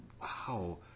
wow